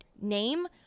name